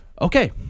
Okay